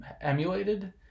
emulated